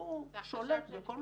והוא שולט בכל מה שקורה.